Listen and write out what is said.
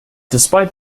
despite